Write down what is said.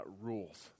rules